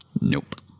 nope